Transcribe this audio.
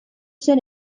zen